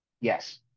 Yes